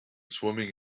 swimming